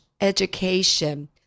education